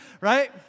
right